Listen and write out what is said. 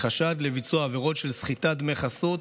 בחשד לביצוע עבירות של סחיטת דמי חסות